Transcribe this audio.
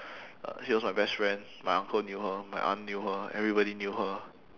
uh she was my best friend my uncle knew her my aunt knew her everybody knew her